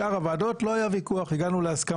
בשאר הוועדות לא היה ויכוח, הגענו להסכמה.